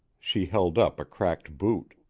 she held up a cracked boot.